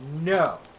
No